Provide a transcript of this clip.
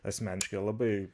asmeniškai labai